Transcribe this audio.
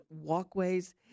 walkways